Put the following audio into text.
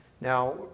Now